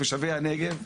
זה טוב לתושבי הנגב?